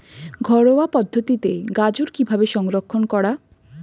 ঘরোয়া পদ্ধতিতে গাজর কিভাবে সংরক্ষণ করা?